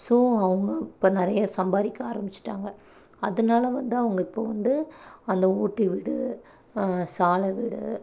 so அவங்க இப்போ நிறையா சம்பாதிக்க ஆரம்பிச்சிட்டாங்க அதனால் வந்து அவங்க இப்போ வந்து அந்த ஓட்டு வீடு சாலை வீடு